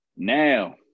Now